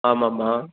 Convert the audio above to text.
ஆமாமாம்